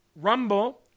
Rumble